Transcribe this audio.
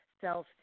self